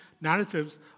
narratives